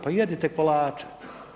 Pa jedite kolače.